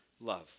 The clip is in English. love